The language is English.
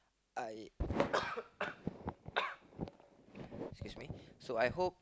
I excuse me so I hope